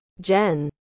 Jen